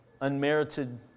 Unmerited